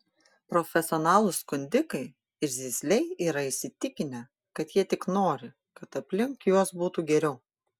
profesionalūs skundikai ir zyzliai yra įsitikinę kad jie tik nori kad aplink juos būtų geriau